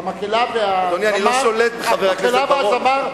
המקהלה והזמר?